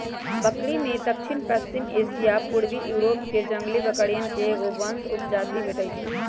बकरिमें दक्षिणपश्चिमी एशिया आ पूर्वी यूरोपके जंगली बकरिये के एगो वंश उपजाति भेटइ हइ